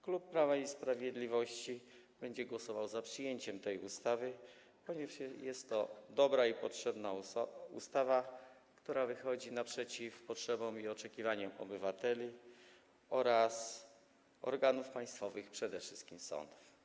Klub Prawa i Sprawiedliwości będzie głosował za przyjęciem tej ustawy, ponieważ jest to dobra i potrzebna ustawa, która wychodzi naprzeciw potrzebom i oczekiwaniom obywateli oraz organów państwowych, przede wszystkim sądów.